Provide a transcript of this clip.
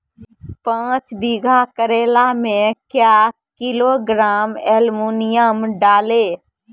पाँच बीघा करेला मे क्या किलोग्राम एलमुनियम डालें?